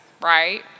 right